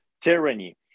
tyranny